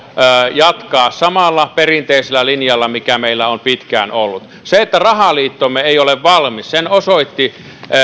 jatkaa samalla perinteisellä linjalla mikä meillä on pitkään ollut sen että rahaliittomme ei ole valmis osoitti